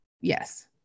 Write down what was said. Yes